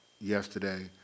yesterday